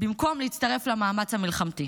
במקום להצטרף למאמץ המלחמתי.